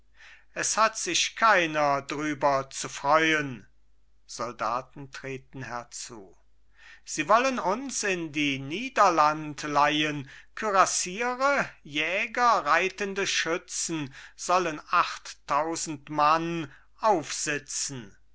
es hat sich keiner drüber zu freuen soldaten treten herzu sie wollen uns in die niederland leihen kürassiere jäger reitende schützen sollen achttausend mann aufsitzen